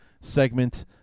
segment